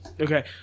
Okay